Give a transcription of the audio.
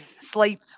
sleep